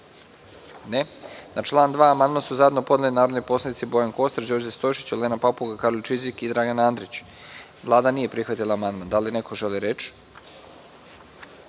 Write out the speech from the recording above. (Ne)Na član 2. amandman su zajedno podneli narodni poslanici Bojan Kostreš, Đorđe Stojšić, Olena Papuga, Karolj Čizik i Dragan Andrić. Vlada nije prihvatila amandman. Da li neko želi reč?